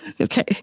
Okay